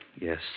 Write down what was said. Yes